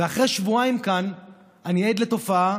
אחרי שבועיים כאן אני עד לתופעה